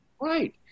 Right